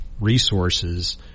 resources